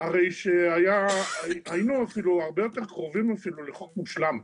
הרי שהיינו אפילו יותר קרובים לחוק מושלם,